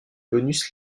bonus